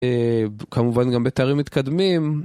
כמובן גם בתארים מתקדמים.